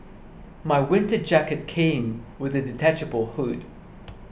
my winter jacket came with a detachable hood